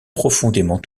profondément